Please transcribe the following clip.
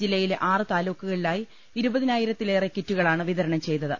ജില്ലയിലെ ആറു താലൂക്കുകളിലായി ഇരുപതിനായിരത്തിലേറെ കിറ്റുകളാണ് വിതരണം ചെയ്തത്